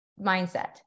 mindset